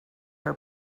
her